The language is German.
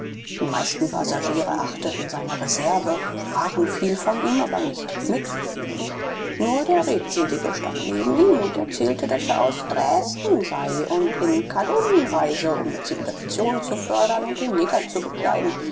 die meisten passagiere achteten seine reserve sprachen viel von ihm aber nicht mit ihm nur der redselige stand neben ihm und erzählte daß er aus dräsden sei und in kaddun reise um die zivilisation zu fördern und den neger zu bekleiden